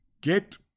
get